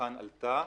הצרכן עלתה,